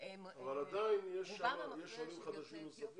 אבל עדיין יש עולים חדשים שנכנסים לשם.